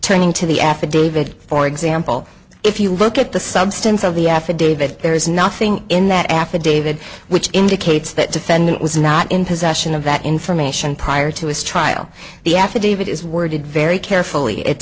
turning to the affidavit for example if you look at the substance of the affidavit there is nothing in that affidavit which indicates that defendant was not in possession of that information prior to his trial the affidavit is worded very carefully